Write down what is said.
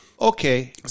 okay